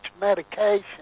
medication